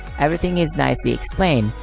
everything is nicely explained,